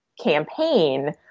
campaign